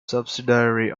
subsidiary